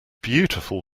beautiful